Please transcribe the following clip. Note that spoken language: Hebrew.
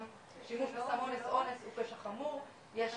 גם שימוש בסם אונס הוא פשע חמור, יש